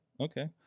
okay